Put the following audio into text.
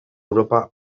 europa